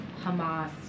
Hamas